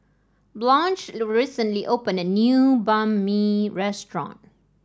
Blanch recently opened a new Banh Mi restaurant